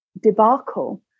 debacle